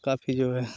काफी जो है